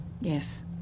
Yes